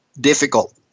difficult